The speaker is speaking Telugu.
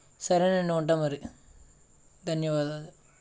సరేనండి ఉంటా మరి ధన్యవాదాలు